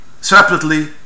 separately